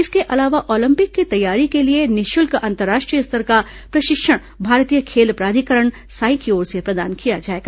इसके अलावा ओलंपिक की तैयारी के लिए निःशुल्क अंतर्राष्ट्रीय स्तर का प्रशिक्षण भारतीय खेल प्राधिकरण सांई की ओर से प्रदान किया जाएगा